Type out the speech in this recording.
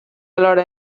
alhora